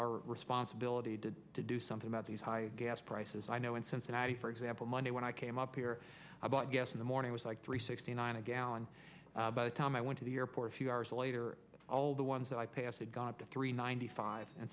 our responsibility to do something about these high gas prices i know in cincinnati for example monday when i came up here i bought gas in the morning was like three sixty nine a gallon by the time i went to the airport a few hours later all the ones that i passed it got to three ninety five and